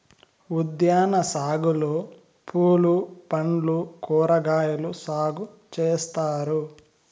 ఉద్యాన సాగులో పూలు పండ్లు కూరగాయలు సాగు చేత్తారు